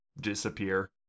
disappear